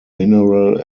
mineral